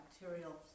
bacterial